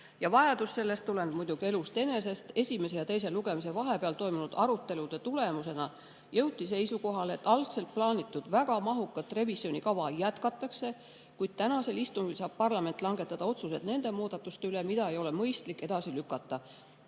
Vajadus selleks tuleneb muidugi elust enesest. Esimese ja teise lugemise vahepeal toimunud arutelude tulemusena jõuti seisukohale, et tööd algselt plaanitud väga mahuka revisjonikavaga jätkatakse, kuid tänasel istungil saab parlament langetada otsused nende muudatuste üle, mida ei ole mõistlik edasi lükata.